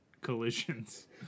collisions